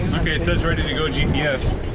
okay it says ready to go gps